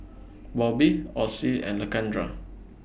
Bobbie Ossie and Lakendra